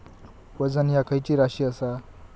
वजन ह्या खैची राशी असा?